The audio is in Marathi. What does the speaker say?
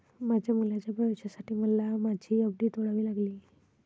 माझ्या मुलाच्या प्रवेशासाठी मला माझी एफ.डी तोडावी लागली